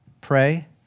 Pray